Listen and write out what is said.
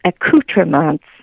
accoutrements